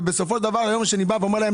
ובסופו של דבר היום כשאני אומר להם